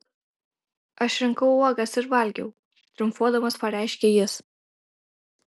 aš rinkau uogas ir valgiau triumfuodamas pareiškė jis